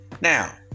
Now